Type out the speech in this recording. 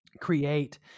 create